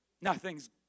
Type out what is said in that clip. nothing's